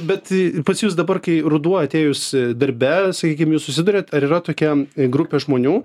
bet pats jus dabar kai ruduo atėjus darbe sakykim jūs susiduriat ar yra tokia grupė žmonių